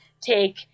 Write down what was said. take